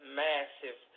massive